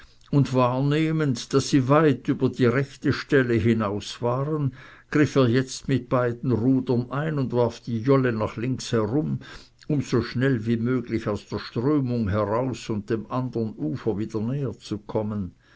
und wahrnehmend daß sie weit über die rechte stelle hinaus waren griff er jetzt mit beiden rudern ein und warf die jolle nach linksherum um so schnell wie möglich aus der strömung heraus und dem andern ufer wieder